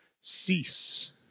Cease